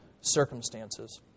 circumstances